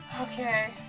Okay